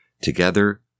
Together